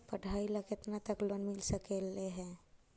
पढाई ल केतना तक लोन मिल सकले हे?